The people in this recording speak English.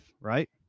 right